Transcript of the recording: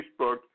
Facebook